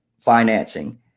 financing